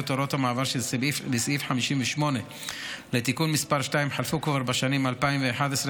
הוראות המעבר שבסעיף 58 לתיקון מס' 2 חלפו כבר בשנים 2012-2011,